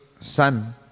son